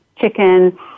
chicken